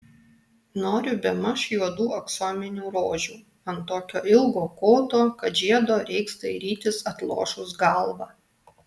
noriu bemaž juodų aksominių rožių ant tokio ilgo koto kad žiedo reiks dairytis atlošus galvą